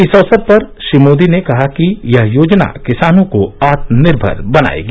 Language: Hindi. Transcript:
इस अवसर पर श्री मोदी ने कहा कि यह योजना किसानों को आत्मनिर्भर बनाएगी